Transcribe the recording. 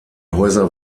häuser